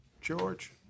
George